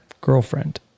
girlfriend